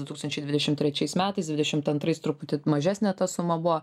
du tūkstančiai dvidešimt trečiais metais dvidešimt antrais truputį mažesnė ta suma buvo